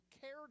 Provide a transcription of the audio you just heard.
cared